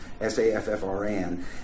S-A-F-F-R-N